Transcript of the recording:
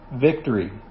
Victory